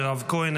מירב כהן,